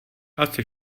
asi